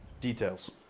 Details